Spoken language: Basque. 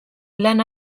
lan